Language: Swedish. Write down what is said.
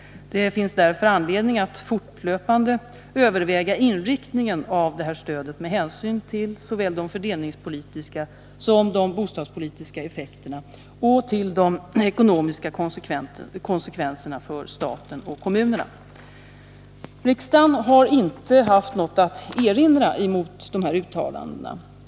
Det finns därför anledning att fortlöpande överväga inriktningen av detta stöd med hänsyn till såväl de fördelningspolitiska som de bostadspolitiska effekterna och till de ekonomiska konsekvenserna för staten och kommunerna. Riksdagen har inte haft något att erinra mot dessa uttalanden.